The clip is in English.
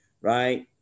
right